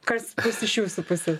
kas kas iš jūsų pusės